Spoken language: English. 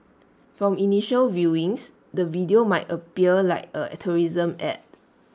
from initial viewings the video might appear like A tourism Ad